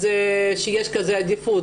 שיש כזו עדיפות.